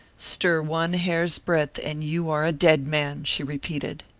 stir one hair's breadth, and you are a dead man! she repeated.